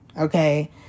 Okay